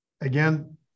again